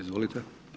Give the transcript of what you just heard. Izvolite.